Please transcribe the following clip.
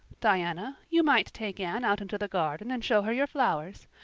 diana, you might take anne out into the garden and show her your flowers.